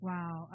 Wow